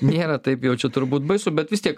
nėra taip jau čia turbūt baisu bet vis tiek